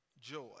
joy